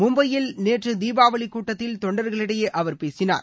மும்பையில் நேற்று தீபாவளி கூட்டத்தில் தொண்டர்களிடையே அவர் பேசினார்